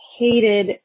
hated